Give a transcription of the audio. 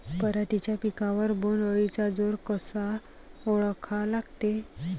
पराटीच्या पिकावर बोण्ड अळीचा जोर कसा ओळखा लागते?